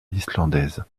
islandaise